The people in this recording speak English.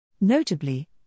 Notably